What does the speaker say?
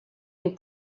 been